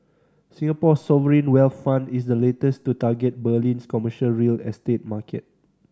Singapore's sovereign wealth fund is the latest to target Berlin's commercial real estate market